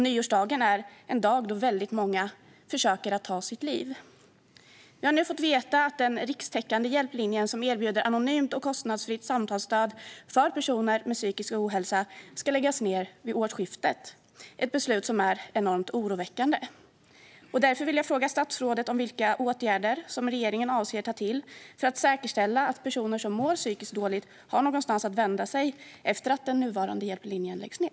Nyårsdagen är en dag då många försöker ta sitt liv. Jag har nu fått veta att den rikstäckande hjälplinje som erbjuder anonymt och kostnadsfritt samtalsstöd för personer med psykisk ohälsa ska läggas ned vid årsskiftet. Det är ett beslut som är enormt oroväckande. Därför vill jag fråga statsrådet vilka åtgärder regeringen avser att vidta för att säkerställa att personer som mår psykiskt dåligt har någonstans att vända sig efter det att den nuvarande hjälplinjen läggs ned.